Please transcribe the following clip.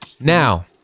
Now